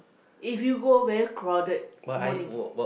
if you go very crowded morning